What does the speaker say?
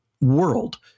world